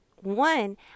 one